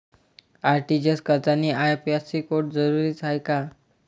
RTGS करतांनी IFSC code जरुरीचा हाय का?